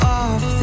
off